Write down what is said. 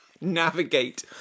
navigate